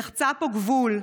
נחצה פה גבול.